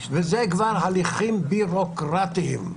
וזה כבר הליכים ביורוקרטיים.